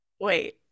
wait